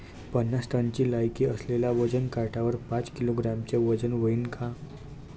पन्नास टनची लायकी असलेल्या वजन काट्यावर पाच किलोग्रॅमचं वजन व्हईन का?